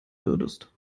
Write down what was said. würdest